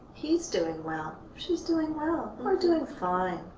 he's doing well. she's doing well. we're doing fine.